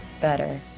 better